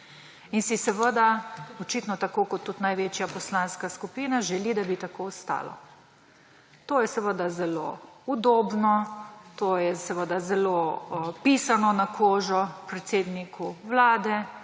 in si očitno tako kot tudi največja poslanska skupina želi, da bi tako ostalo. To je seveda zelo udobno, to je zelo pisano na kožo predsedniku vlade,